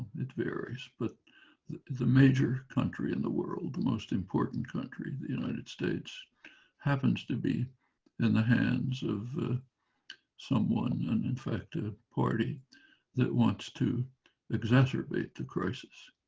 it varies but the the major country in the world the most important country the united states happens to be in the hands of someone and in fact a party that wants to exacerbate the crisis,